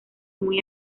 muy